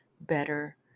better